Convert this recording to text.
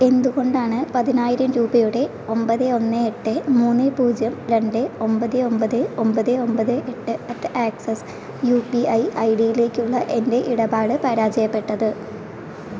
എന്തുകൊണ്ടാണ് പതിനായിരം രൂപയുടെ ഒമ്പത് ഒന്ന് എട്ട് മൂന്ന് പൂജ്യം രണ്ട് ഒമ്പത് ഒമ്പത് ഒമ്പത് ഒമ്പത് എട്ട് at Axis U P I ഐഡിയിലേക്കുള്ള എൻ്റെ ഇടപാട് പരാജയപ്പെട്ടത്